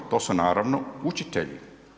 To su naravno učitelji.